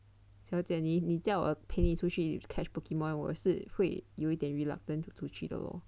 小姐你叫我陪你出去 catch Pokemon 我也是会有一点 reluctant to 去的 lor